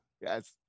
Yes